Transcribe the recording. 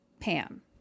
Pam